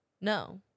No